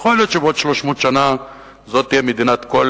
יכול להיות שבעוד 300 שנה זאת תהיה מדינת כל